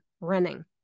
running